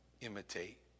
imitate